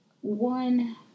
One